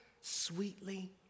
sweetly